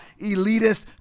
elitist